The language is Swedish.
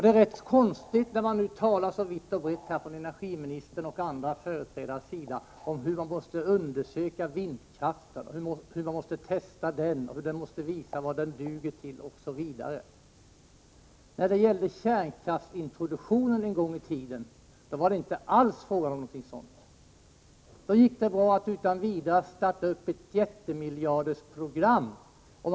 Det är konstigt när energiministern och andra talar om hur man måste undersöka och testa vindkraften för att se vad den duger till. När det gällde att introducera kärnkraften en gång i tiden var det inte alls fråga om någonting sådant. Då gick det bra att utan vidare starta ett jätteprogram för miljardbelopp.